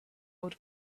old